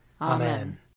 Amen